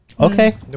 Okay